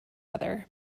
other